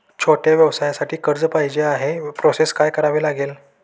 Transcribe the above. छोट्या व्यवसायासाठी कर्ज पाहिजे आहे प्रोसेस काय करावी लागेल?